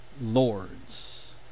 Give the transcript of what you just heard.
lords